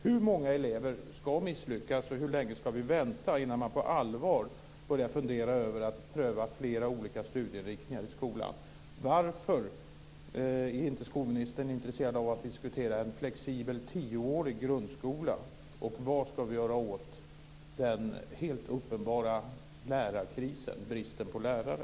Hur många elever ska misslyckas och hur länge ska vi vänta innan man på allvar börjar fundera över att pröva flera olika studieinriktningar i skolan? Varför är inte skolministern intresserad av att diskutera en flexibel tioårig grundskola? Och vad ska vi göra åt den helt uppenbara lärarkrisen, dvs. bristen på lärare?